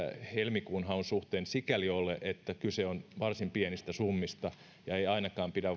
helmikuun haun suhteen sikäli ole että kyse on varsin pienistä summista ei ainakaan pidä